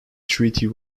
treaty